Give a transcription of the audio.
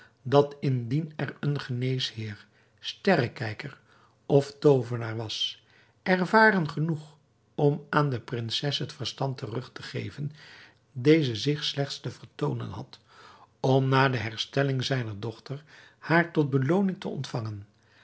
dat indien er een geneesheer sterrekijker of toovenaar was ervaren genoeg om aan de prinses het verstand terug te geven deze zich slechts te vertoonen had om na de herstelling zijner dochter haar tot belooning te ontvangen